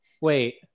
Wait